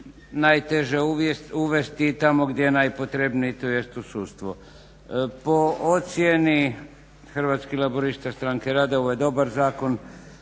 najteže uvesti i tamo gdje je najpotrebniji tj. u sudstvu. Po ocjeni Hrvatskih laburista-Stranke rada ovo je dobar zakon